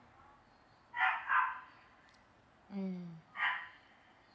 mm